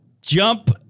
Jump